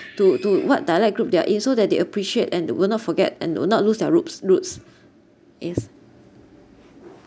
to to what dialect group they are in so that they appreciate and will not forget and will not lose their ropes roots is